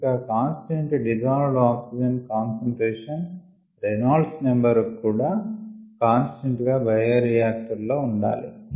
ఇంకా constant dissolved oxygen concentration Reynolds number కూడా constant గా బయోరియాక్టర్ లో ఉండాలి